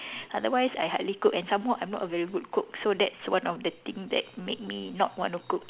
otherwise I hardly cook and some more I'm not a very good cook so that's one of the thing that make me not want to cook